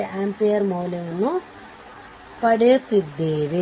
75 ampere ಮೌಲ್ಯವನ್ನು ಪಡೆಯುತ್ತಿದ್ದೇವೆ